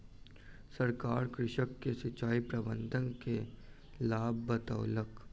सरकार कृषक के सिचाई प्रबंधन के लाभ बतौलक